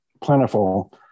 plentiful